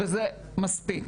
וזה מספיק.